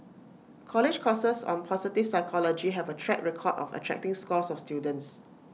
college courses on positive psychology have A track record of attracting scores of students